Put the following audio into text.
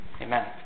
Amen